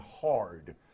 hard